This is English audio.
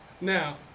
now